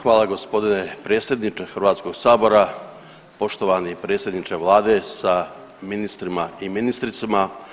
Hvala gospodine predsjedniče Hrvatskog sabora, poštovani predsjedniče Vlade sa ministrima i ministricama.